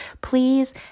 please